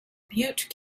butte